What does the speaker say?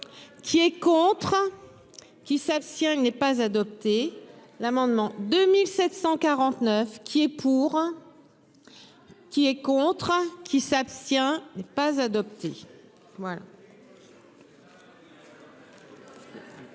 Qui est contre. Qui s'abstient. Il n'est pas adopté l'amendement 2749 qui est pour. Qui est contre qui s'abstient n'est pas adopté.